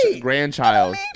grandchild